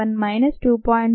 7 minus 2